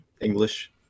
english